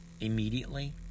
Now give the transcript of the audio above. immediately